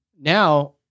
Now